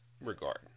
regard